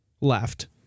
left